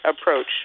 approach